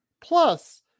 Plus